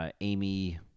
Amy